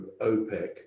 opec